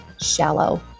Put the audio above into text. shallow